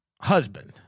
husband